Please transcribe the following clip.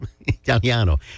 italiano